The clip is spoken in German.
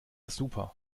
super